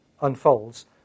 unfolds